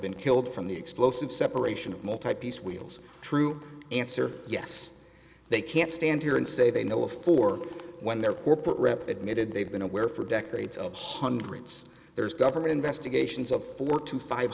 been killed from the explosive separation of mall type peace wheels true answer yes they can't stand here and say they know if or when their corporate rep admitted they've been aware for decades of hundreds there's government investigations of four to five